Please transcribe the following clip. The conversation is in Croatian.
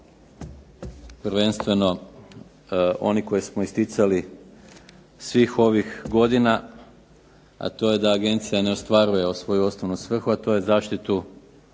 prvenstveno oni koje smo isticali svih ovih godina, a to je da agencija ne ostvaruje svoju osnovnu svrhu, a to je zaštitu